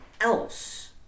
else